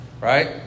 right